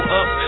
up